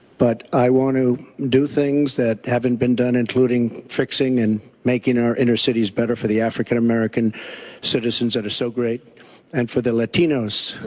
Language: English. but i want to do things that haven't been done, including fixing and making our inner cities better for the african-american citizens that are so great and for the latinos,